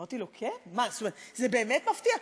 אמרתי לו: כן, מה, זה באמת מפתיע?